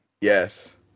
Yes